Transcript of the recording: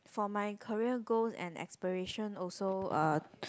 for my career goals and aspiration also uh